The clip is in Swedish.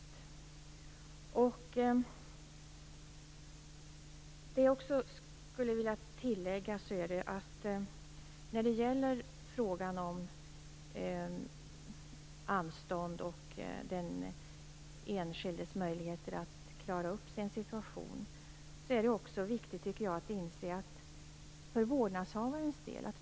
Jag skulle också vilja tillägga att det, när det gäller frågan om anstånd och den enskildes möjligheter att klara upp sin situation, är viktigt att inse hur det är för vårdnadshavarens del.